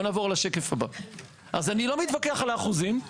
אז אני לא מתווכח על האחוזים.